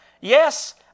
Yes